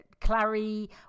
Clary